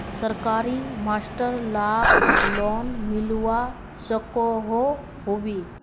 सरकारी master lakh loan मिलवा सकोहो होबे?